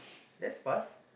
that's fast